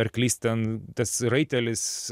arklys ten tas raitelis